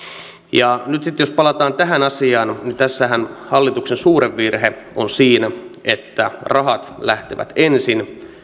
ja nyt sitten jos palataan tähän asiaan niin tässähän hallituksen suurin virhe on siinä että rahat lähtevät ensin